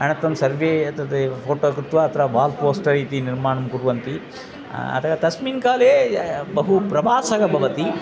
अनन्तरं सर्वे एतदेव फ़ोटो कृत्वा अत्र बाल् पोस्टर् इति निर्माणं कुर्वन्ति अतः तस्मिन्काले बहु प्रवासः भवति